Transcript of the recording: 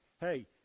Hey